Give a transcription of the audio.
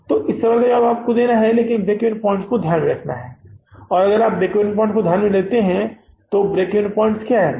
तो इस सवाल का आपको जवाब देना है लेकिन ब्रेक इवन पॉइंट्स को ध्यान में रखना है और अगर आप ब्रेक इवन पॉइंट्स लेते हैं तो ब्रेक इवन पॉइंट्स क्या है